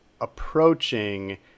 approaching